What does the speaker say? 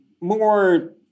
more